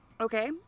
Okay